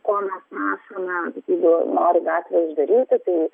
ko mes prašome jeigu nori gatvę uždaryti tai